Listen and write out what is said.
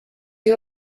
you